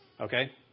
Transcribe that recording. Okay